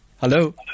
Hello